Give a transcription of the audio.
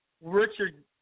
Richard